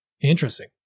interesting